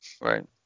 Right